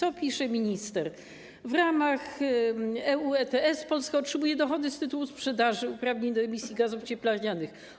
Oto co pisze minister: W ramach ETS Polska otrzymuje dochody z tytułu sprzedaży uprawnień do emisji gazów cieplarnianych.